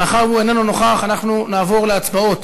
מאחר שהוא איננו נוכח, אנחנו נעבור להצבעות.